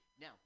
now